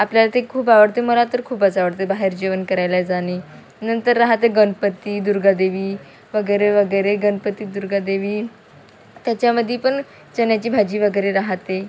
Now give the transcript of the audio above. आपल्याला ते खूप आवडते मला तर खूपच आवडते बाहेर जेवण करायला जाणे नंतर राहते गणपती दुर्गादेवी वगैरे वगैरे गणपती दुर्गादेवी त्याच्यामध्ये पण चण्याची भाजी वगैरे राहते